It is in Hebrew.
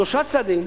שלושה צעדים